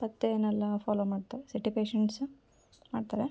ಪಥ್ಯವನ್ನೆಲ್ಲ follow ಮಾಡ್ತಾರೆ city patients ಮಾಡ್ತಾರೆ